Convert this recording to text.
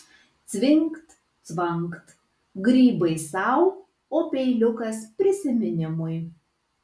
cvingt cvangt grybai sau o peiliukas prisiminimui